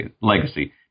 legacy